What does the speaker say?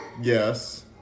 Yes